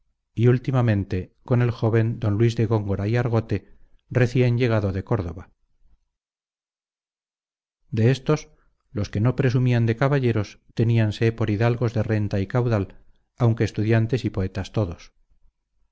y últimamente con el joven don luis de góngora y argote recién llegado de córdoba de estos los que no presumían de caballeros tenianse por hidalgos de renta y caudal aunque estudiantes y poetas todos